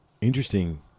interesting